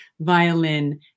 violin